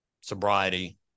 sobriety